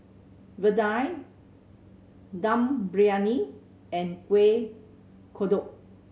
vadai Dum Briyani and Kueh Kodok